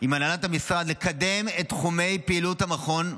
עם הנהלת המשרד לקדם את תחומי פעילות המכון,